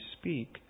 speak